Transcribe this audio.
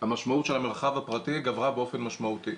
שהמשמעות של המרחב הפרטי גברה באופן משמעותי.